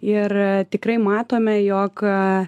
ir tikrai matome jog